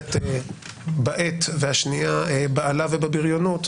אוחזת בעט והשנייה באלה ובבריונות,